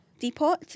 Depot